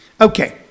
Okay